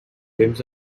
temps